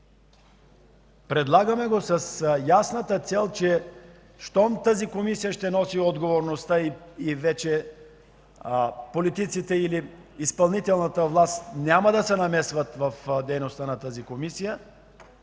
Предлагаме го с ясната цел, че щом тази Комисия ще носи отговорността и вече политиците или изпълнителната власт няма да се намесват в дейността на Комисията,